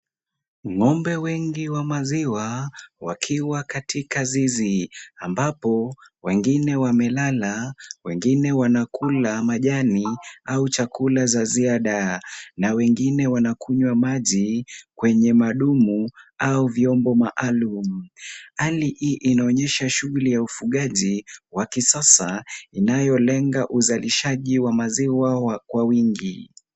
Ng'ombe wengi wa maziwa, wakiwa katika zizi, ambapo, wengine wamelala, wengine wanakula majani au chakula za ziada, na wengine wanakunywa maji kwenye madumu au vyombo maalum. Hali hii inaonyesha shughuli ya ufugaji wa kisasa inayolenga uzalishaji wa maziwa kwa wingi.